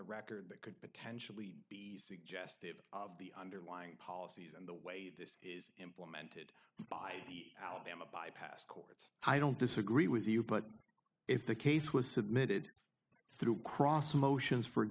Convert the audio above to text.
the record that could potentially be suggestive of the underlying policies and the way this is implemented by the alabama bypass courts i don't disagree with you but if the case was submitted through cross motions for